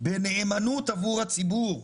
בנאמנות עבור הציבור.